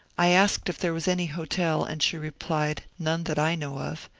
i asked if there was any hotel and she replied, none that i know of,